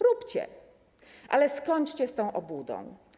Róbcie, ale skończcie z tą obłudą.